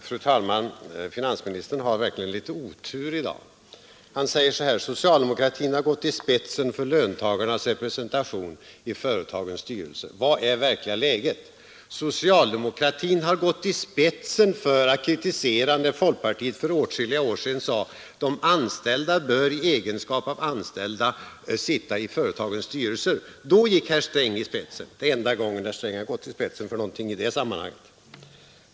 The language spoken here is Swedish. Fru talman! Finansministern har verkligen litet otur i dag. Han säger: ”Socialdemokratin har gått i spetsen för löntagarnas representation i företagens styrelser.” Vilket är det verkliga läget? Socialdemokratin har gått i spetsen för att kritisera när folkpartiet för åtskilliga år sedan sade att de anställda bör sitta i företagens styrelser. Då gick herr Sträng i spetsen — det är enda gången han har gjort det i detta sammanhang.